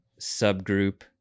subgroup